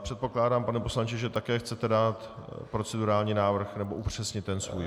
Předpokládám, pane poslanče, že také chcete dát procedurální návrh, nebo upřesnit ten svůj.